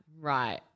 Right